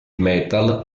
metal